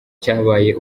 cyabaye